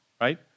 right